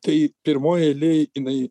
tai pirmoj eilėj jinai